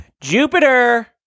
Jupiter